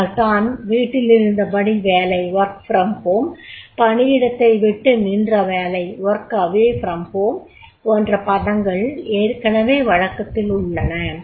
அதனால் தான் வீட்டிலிருந்தபடி வேலை பணியிடத்தை விட்டு நின்ற வேலை போன்ற பதங்கள் ஏற்கெனவே வழக்கத்தில் உள்ளன